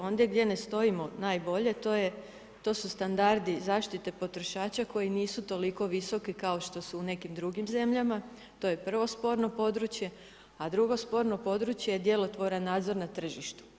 Ondje gdje ne stojimo najbolje to su standardi zaštite potrošača koji nisu toliko visoki kao što su u nekim drugim zemljama, to je prvo sporno područje a drugo sporno područje je djelotvoran nadzor na tržištu.